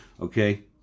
okay